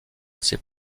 ses